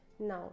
Now